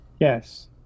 Yes